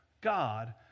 God